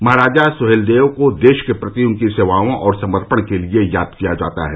महाराजा सुहेलदेव को देश के प्रति उनकी सेवाओं और समर्पण के लिए याद किया जाता है